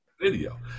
video